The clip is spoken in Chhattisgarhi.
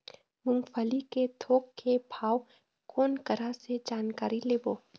मूंगफली के थोक के भाव कोन करा से जानकारी लेबो?